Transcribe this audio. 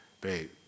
babe